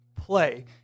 play